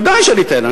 ודאי שאני אתן.